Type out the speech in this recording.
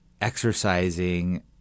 exercising